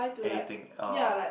anything uh